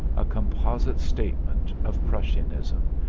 a composite statement, of prussianism,